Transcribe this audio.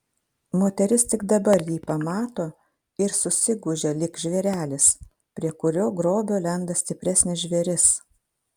moteris tik dabar jį pamato ir susigūžia lyg žvėrelis prie kurio grobio lenda stipresnis žvėris